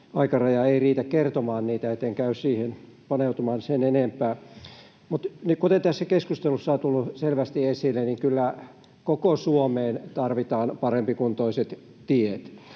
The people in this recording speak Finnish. aikaraja ei riitä kertomaan niitä, niin että en käy siihen paneutumaan sen enempää. Kuten tässä keskustelussa on tullut selvästi esille, niin kyllä koko Suomeen tarvitaan parempikuntoiset tiet.